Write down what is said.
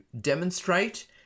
demonstrate